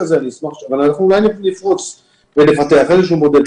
כדי לשמור על בריאות הציבור,